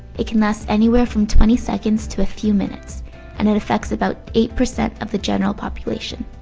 it can last anywhere from twenty seconds to a few minutes and it affects about eight percent of the general population.